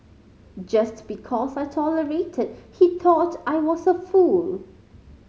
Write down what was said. just because I tolerated he thought I was a fool